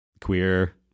queer